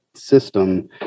system